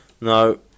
No